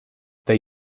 they